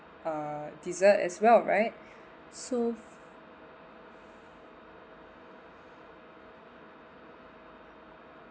uh dessert as well right so